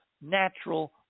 natural